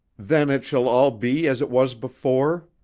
then it shall all be as it was before?